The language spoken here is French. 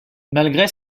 malgré